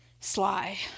sly